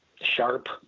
sharp